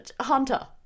Hunter